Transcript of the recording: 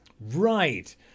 Right